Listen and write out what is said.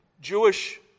Jewish